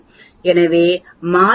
எனவே மாதிரியின் 0